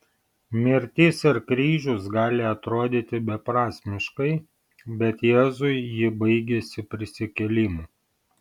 mirtis ir kryžius gali atrodyti beprasmiškai bet jėzui ji baigėsi prisikėlimu